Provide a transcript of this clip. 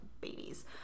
babies